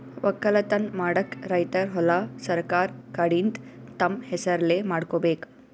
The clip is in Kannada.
ವಕ್ಕಲತನ್ ಮಾಡಕ್ಕ್ ರೈತರ್ ಹೊಲಾ ಸರಕಾರ್ ಕಡೀನ್ದ್ ತಮ್ಮ್ ಹೆಸರಲೇ ಮಾಡ್ಕೋಬೇಕ್